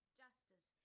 justice